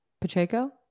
Pacheco